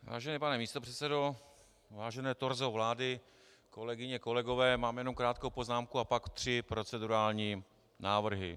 Vážený pane místopředsedo, vážené torzo vlády , kolegyně, kolegové, mám jednom krátkou poznámku a pak tři procedurální návrhy.